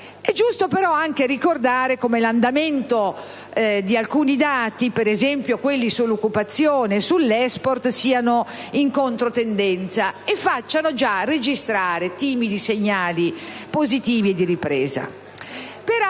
È giusto, però, anche ricordare come l'andamento di alcuni dati (per esempio, quelli sull'occupazione e sull'*export*) siano in controtendenza e facciano già registrare timidi segnali positivi di ripresa.